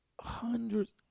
hundreds